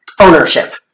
ownership